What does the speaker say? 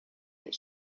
that